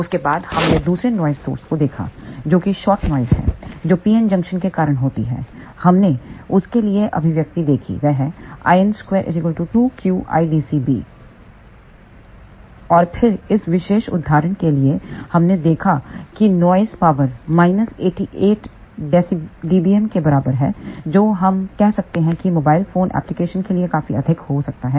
उसके बाद हमने दूसरे नॉइस सोर्स को देखा जो कि शॉट नॉइस है जो पीएन जंक्शन के कारण होती है हमने उसके लिए अभिव्यक्ति देखी वह है और फिर इस विशेष उदाहरण के लिए हमने देखा कि नॉइस पावर माइनस 88 dBm के बराबर है जो हम कह सकते हैं की मोबाइल फोन एप्लिकेशन के लिए काफी अधिक हो सकता है